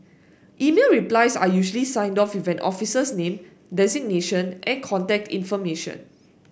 email replies are usually signed off with an officer's name designation and contact information